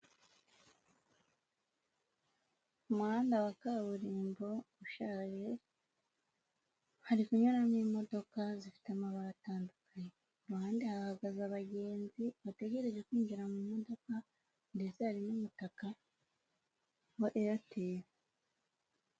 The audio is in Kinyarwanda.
Umuhanda wa kaburimbo ushaje, hari kunyuramo imodoka zifite amabara atandukanye; mu muhanda hahagaze abagenzi bategereje kwinjira mu modoka, ndetse hari n'umutaka wa Airtel.